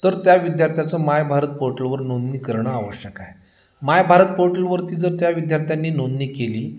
तर त्या विद्यार्थ्याचं माय भारत पोर्टलवर नोंदणी करणं आवश्यक आहे माय भारत पोर्टलवरती जर त्या विद्यार्थ्यांनी नोंदणी केली